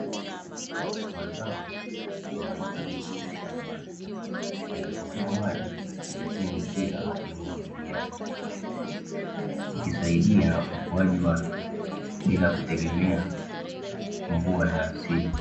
Mazao yameota vizuri shambani, yakipokea maji kupitia mipira ya umwagiliaji ikisaidia ukuaji wake bila kutegemea mvua ya asili.